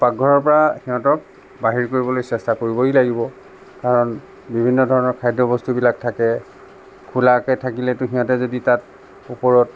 পাকঘৰৰ পৰা সিহঁতক বাহিৰ কৰিবলৈ চেষ্টা কৰিবই লাগিব কাৰণ বিভিন্ন ধৰণৰ খাদ্য বস্তুবিলাক থাকে খোলাকে থাকিলেতো সিহঁতে যদি তাত ওপৰত